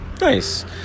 Nice